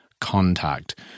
contact